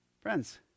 friends